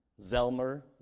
Zelmer